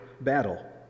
battle